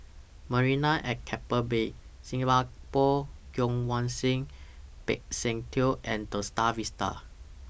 Marina At Keppel Bay Singapore Kwong Wai Siew Peck San Theng and The STAR Vista